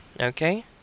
Okay